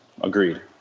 Agreed